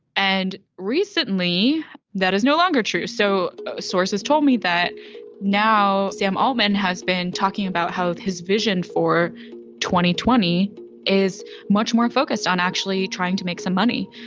and recently that is no longer true so sources told me that now sam almen has been talking about how his vision for twenty twenty is much more focused on actually trying to make some money.